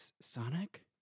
Sonic